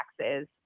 taxes